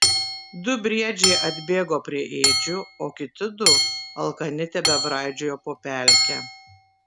du briedžiai atbėgo prie ėdžių o kiti du alkani tebebraidžiojo po pelkę